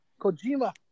Kojima